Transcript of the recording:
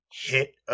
hit